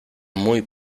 muy